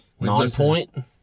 Nonpoint